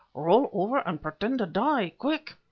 roll over and pretend to die quick!